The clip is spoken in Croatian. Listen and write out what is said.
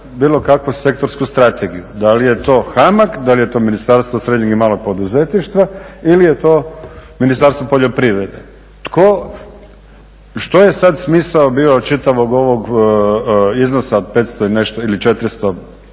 bilo kakvu sektorsku strategiju? Da li je to HAMAG, da li je to Ministarstvo srednjeg i malog poduzetništva ili je to Ministarstvo poljoprivrede? Tko, što je sad smisao bio čitavog ovog iznosa od 500 i nešto ili